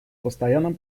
постоянным